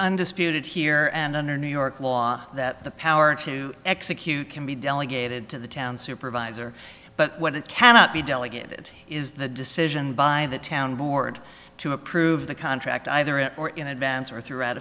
undisputed here and under new york law that the power to execute can be delegated to the town supervisor but it cannot be delegated is the decision by the town board to approve the contract either at or in advance or through